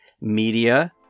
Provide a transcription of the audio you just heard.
Media